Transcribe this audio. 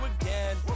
again